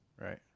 Right